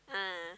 ah